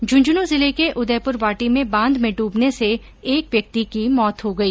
झूंझुनूं जिले के उदयपुरवाटी में बांध में डूबने से एक व्यक्ति की मौत हो गई